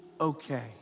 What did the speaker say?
okay